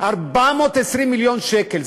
420 מיליון שקל.